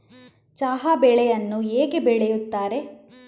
ಚಹಾ ಬೆಳೆಯನ್ನು ಹೇಗೆ ಬೆಳೆಯುತ್ತಾರೆ?